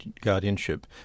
guardianship